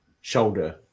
shoulder